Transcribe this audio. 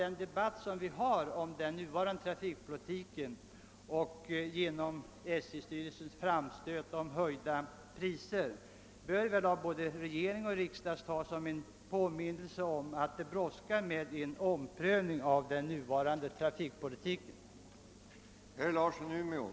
Den debatt som förs om den nuvarande trafikpolitiken och SJ:s styrelses framstöt om att få höja priserna bör dock både regering och riksdag ta som en påminnelse om att en omprövning av den nuvarande trafikpolitiken brådskar.